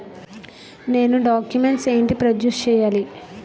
నేను డాక్యుమెంట్స్ ఏంటి ప్రొడ్యూస్ చెయ్యాలి?